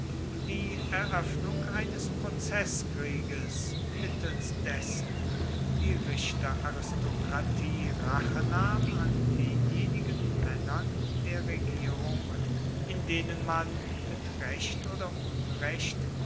die eröffnung eines prozeßkrieges mittels dessen die richteraristokratie rache nahm an denjenigen männern der regierung in denen man mit recht oder unrecht